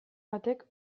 batek